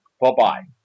bye-bye